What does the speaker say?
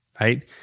right